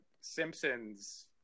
Simpsons